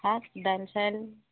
ভাত দাইল চাইল